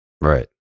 Right